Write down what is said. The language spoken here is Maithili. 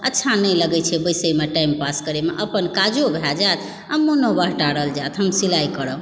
अच्छा नहि लागै छै बैसयमे टाइम पास करैमे अपन काजो भए जायत आओर मनो बहलि जायत हम सिलाइ करब